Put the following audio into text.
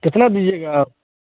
کتنا دیجیے گا آپ